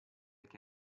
che